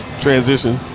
transition